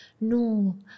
No